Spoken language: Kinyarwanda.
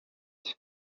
cye